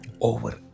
over